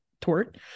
tort